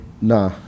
nah